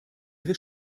ihre